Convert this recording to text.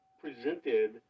presented